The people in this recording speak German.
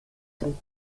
dem